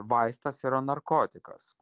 vaistas yra narkotikas